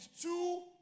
two